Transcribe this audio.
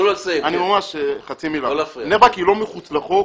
מחוץ לחוק.